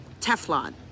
Teflon